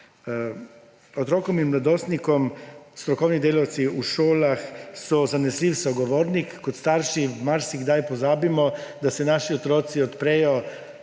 Otrokom in mladostnikom so strokovni delavci v šolah zanesljiv sogovornik. Kot starši marsikdaj pozabimo, da se naši otroci odprejo